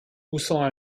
poussant